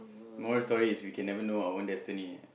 moral of the story is we can never know our own destiny